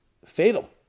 Fatal